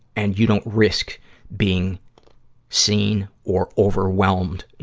and you don't risk being seen or overwhelmed, you